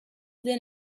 then